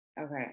Okay